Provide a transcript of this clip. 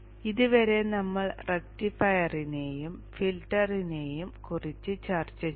ഇതുവരെ നമ്മൾ റക്റ്റിഫയറിനേയും ഫിൽട്ടറിനേയും കുറിച്ച് ചർച്ച ചെയ്തു